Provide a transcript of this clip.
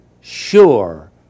sure